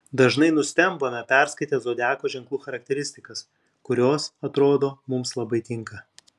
dažnai nustembame perskaitę zodiako ženklų charakteristikas kurios atrodo mums labai tinka